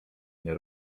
nie